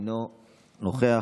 אינו נוכח,